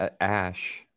Ash